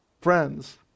Friends